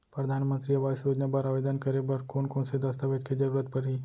परधानमंतरी आवास योजना बर आवेदन करे बर कोन कोन से दस्तावेज के जरूरत परही?